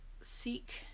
seek